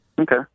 Okay